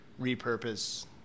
repurpose